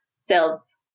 sales